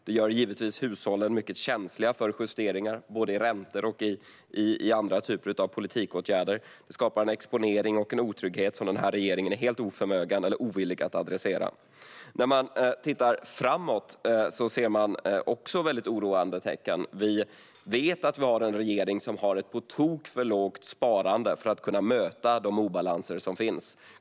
Det gör givetvis hushållen mycket känsliga för justeringar både i räntor och i andra typer av politikåtgärder. Det skapar en exponering och en otrygghet som den här regeringen är helt oförmögen eller ovillig att adressera. När man tittar framåt ser man också väldigt oroande tecken. Vi vet att vi har en regering som har ett på tok för lågt sparande för att den ska kunna möta de obalanser som finns.